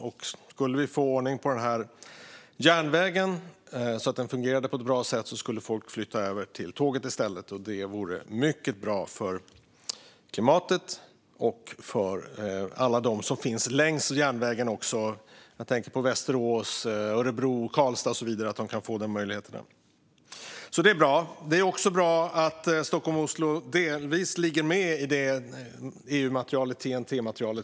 Om vi fick ordning på järnvägen så att det fungerar på ett bra sätt skulle folk flytta över till tåget i stället. Det vore mycket bra för klimatet och också för alla dem som finns längs järnvägen. Jag tänker på möjligheterna för dem i Västerås, Örebro, Karlstad och så vidare. Det vore bra. Det är bra att Stockholm-Oslo delvis finns med i EU:s TEN-T-material.